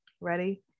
ready